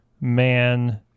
man